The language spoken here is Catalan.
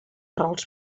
rols